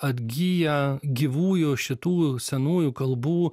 atgyja gyvųjų šitų senųjų kalbų